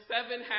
Seven